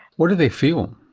what do they feel?